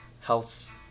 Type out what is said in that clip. health